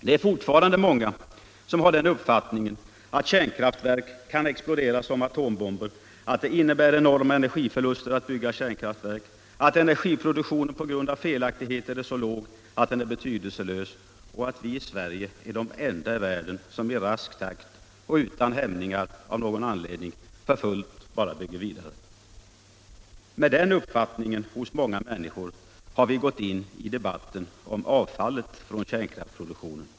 Det är fortfarande många som har den uppfattningen att kärnkraftverk kan explodera som atombomber, att det innebär enorma energiförluster att bygga kärnkraftverk, att energiproduktionen på grund av felaktigheter är så låg att den är betydelselös och att vi i Sverige är de enda i världen som av någon anledning i rask takt och utan hämningar bara bygger vidare för fullt. Med den uppfattningen hos många människor har vi gått in I debatten om avfallet från kärnkraftsproduktionen.